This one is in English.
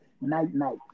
night-night